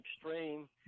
extreme